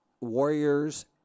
Warriors